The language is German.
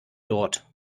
dort